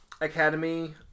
Academy